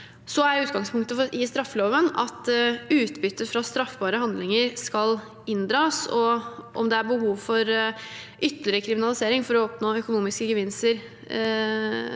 Utgangspunktet i straffeloven er at utbytte fra straffbare handlinger skal inndras. Om det er behov for ytterligere kriminalisering av det å oppnå økonomiske gevinster